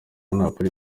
napoli